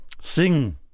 sing